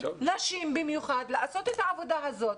נשים במיוחד לעשות את העבודה הזאת,